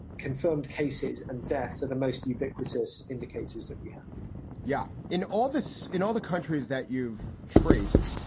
confirmed cases and deaths are the most ubiquitous indicators that we have yeah, in all this in all the countries that you've traced.